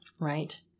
right